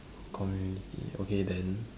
community okay then